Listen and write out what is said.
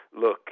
look